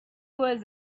was